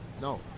No